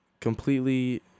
completely